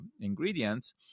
ingredients